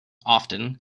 often